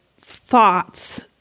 thoughts